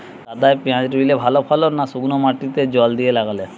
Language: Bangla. কাদায় পেঁয়াজ রুইলে ভালো ফলন না শুক্নো মাটিতে জল দিয়ে লাগালে?